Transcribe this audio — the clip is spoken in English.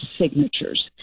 signatures